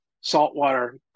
saltwater